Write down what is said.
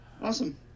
Awesome